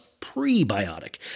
prebiotic